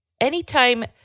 Anytime